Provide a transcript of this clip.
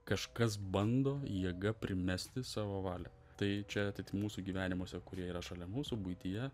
kažkas bando jėga primesti savo valią tai čia tai tik mūsų gyvenimuose kurie yra šalia mūsų buityje